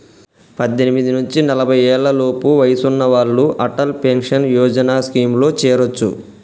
పద్దెనిమిది నుంచి నలభై ఏళ్లలోపు వయసున్న వాళ్ళు అటల్ పెన్షన్ యోజన స్కీమ్లో చేరొచ్చు